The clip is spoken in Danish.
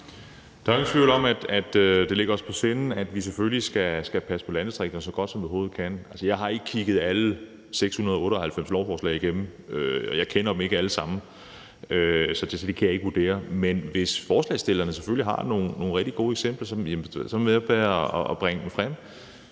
Der er ingen tvivl om, at det ligger os på sinde, at vi selvfølgelig skal passe på landdistrikterne så godt, som vi overhovedet kan. Jeg har ikke kigget alle 698 lovforslag igennem, og jeg kender dem ikke alle sammen, så det kan jeg ikke vurdere. Men hvis forslagsstillerne har nogle rigtig gode eksempler, så må de selvfølgelig bringe dem frem,